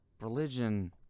religion